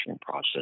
process